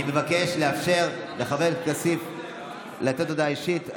אני מבקש לאפשר לחבר הכנסת כסיף לתת הודעה אישית.